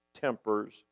tempers